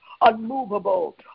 unmovable